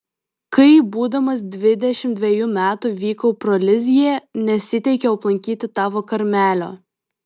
kai būdamas dvidešimt dvejų metų vykau pro lizjė nesiteikiau aplankyti tavo karmelio